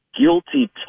guilty